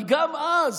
אבל גם אז,